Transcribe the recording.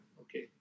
Okay